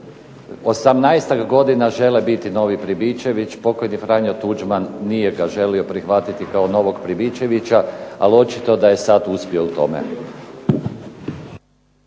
18-ak godina žele biti novi Pribičević. Pokojni Franjo Tuđman nije ga želio prihvatiti kao novog Pribičevića, ali očito da je sad uspio u tome.